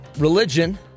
Religion